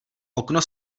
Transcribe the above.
okno